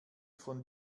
von